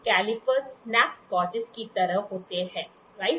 callipers snap gauge की तरह होते हैं राइट